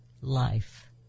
life